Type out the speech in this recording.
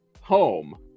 home